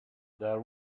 there